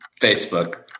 Facebook